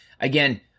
again